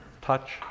touch